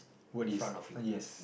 what is uh yes